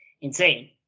insane